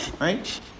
Right